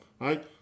right